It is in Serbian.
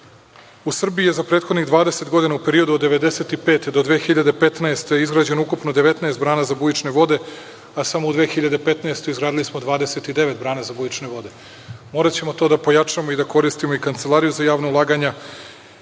U Srbiji je za prethodnih 20 godina, u periodu od 1995. do 2015. godine, izgrađeno ukupno 19 brana za bujične vode, a samo u 2015. godini izgradili smo 29 brana za bujične vode. Moraćemo to da pojačamo i da koristimo i Kancelariju za javna ulaganja